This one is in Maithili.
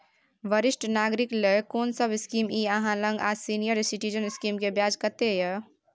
वरिष्ठ नागरिक ल कोन सब स्कीम इ आहाँ लग आ सीनियर सिटीजन स्कीम के ब्याज कत्ते इ?